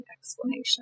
explanation